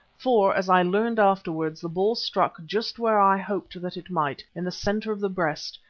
for, as i learned afterwards, the ball struck just where i hoped that it might, in the centre of the breast,